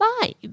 five